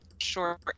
Sure